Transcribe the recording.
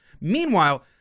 meanwhile